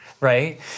Right